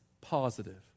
positive